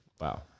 Wow